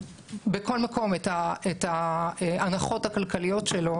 בכל מקום את ההנחות הכלכליות שלו,